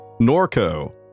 Norco